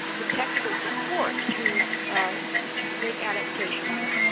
the technical support to to make adaptations,